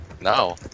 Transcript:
No